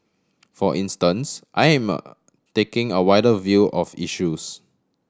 for instance I am a taking a wider view of issues